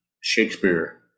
Shakespeare